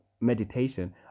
meditation